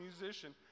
musician